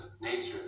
nature